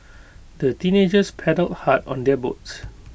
the teenagers paddled hard on their boats